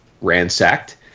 ransacked